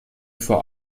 vor